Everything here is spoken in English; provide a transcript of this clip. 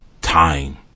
time